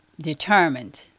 determined